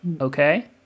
Okay